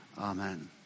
Amen